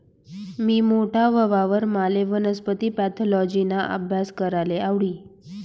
मी मोठा व्हवावर माले वनस्पती पॅथॉलॉजिना आभ्यास कराले आवडी